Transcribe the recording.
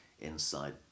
inside